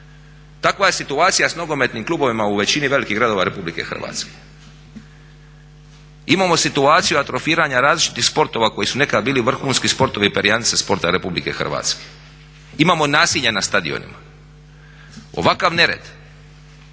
Takva je situacija s nogometnim klubovima u većini velikih gradova RH. Imamo situaciju atrofiranja različitih sportova koji su nekada bili vrhunski sportovi i perjanice sporta RH, imamo nasilje na stadionima. Ovakav nered